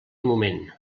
moment